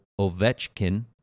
Ovechkin